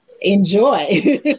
enjoy